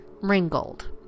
Ringgold